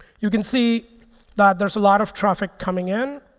you can see that there's a lot of traffic coming in.